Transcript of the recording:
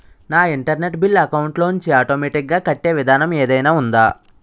నా internet bill account లోంచి automatic గా కట్టే విధానం ఏదైనా ఉందా?